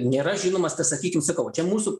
nėra žinomas tas sakykim sakau čia mūsų